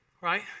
Right